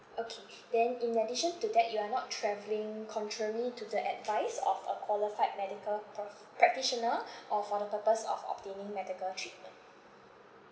okay then in addition to that you are not travelling contrary to the advice of a qualified medical prof~ practitioner or for the purpose of obtaining medical treatment